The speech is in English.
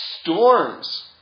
storms